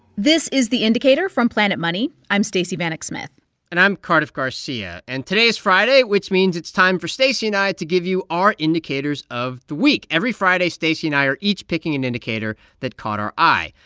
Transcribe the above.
this is the indicator from planet money. i'm stacey vanek smith and i'm cardiff garcia. and today is friday, which means it's time for stacey and i to give you our indicators of the week. every friday, stacey and i are each picking an indicator that caught our eye.